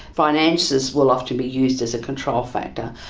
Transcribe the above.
finances will often be used as a control factor,